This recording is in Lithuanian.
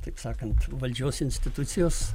taip sakant valdžios institucijos